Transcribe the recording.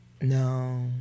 No